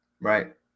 Right